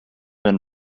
been